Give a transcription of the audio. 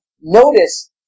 Notice